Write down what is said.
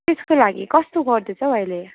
त्यसको लागि कस्तो गर्दैछ हौ अहिले